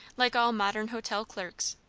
like all modern hotel clerks,